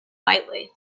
lightly